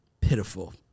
pitiful